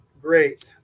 great –